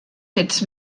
fets